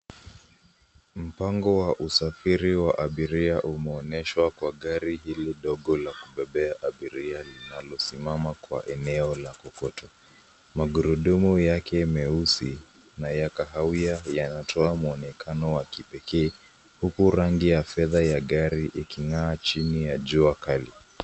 Mpango wa usafiri wa abiria umeonyeshwa kwa gari hili dogo la kubebea abiria linalosimama kwa eneo la kokoto. Magurudumu yake meusi na ya kahawia yanatoa mwonekano wa kipekee, huku rangi ya fedha ya gari iking'aa chini ya jua kali.